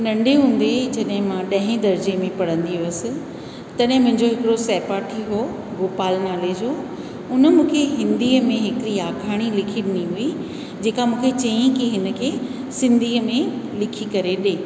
नंढे हूंदे जॾहिं मां ॾहे दर्जे में पढ़ंदी हुयसि तॾहिं मुंहिंजो हिकिड़ो सहपाठी उहो गोपाल नाले जो उन मूंखे हिंदीअ में हिकु आखाणी लिखी ॾिनी हुई जेका मूंखे चई कि हिन खे सिंधीअ में लिखे करे ॾे